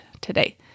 today